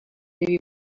devi